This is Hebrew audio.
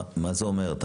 מה זה אומר?